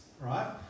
right